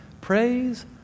Praise